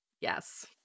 Yes